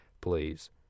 please